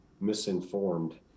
misinformed